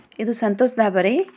ಇದು ಸಂತೋಸ್ ಧಾಬಾ ರಿ